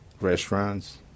restaurants